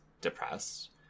depressed